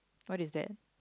what is that